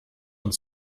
und